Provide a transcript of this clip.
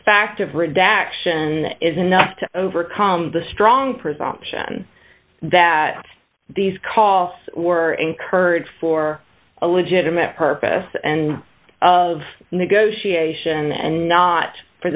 fact of redaction is enough to overcome the strong presumption that these calls were incurred for a legitimate purpose and of negotiation and not for